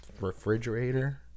refrigerator